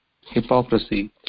hypocrisy